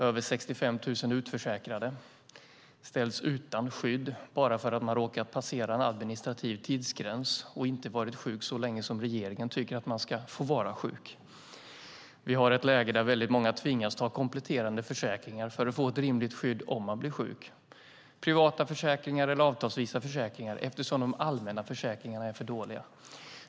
Över 65 000 utförsäkrade ställs utan skydd bara för att de har råkat passera en administrativ tidsgräns och inte varit sjuka så länge som regeringen tycker att man ska få vara sjuk. Vi har ett läge där väldigt många tvingas ta kompletterande försäkringar - privata försäkringar eller avtalsvisa försäkringar - för att få ett rimligt skydd om man blir sjuk, eftersom de allmänna försäkringarna är för dåliga.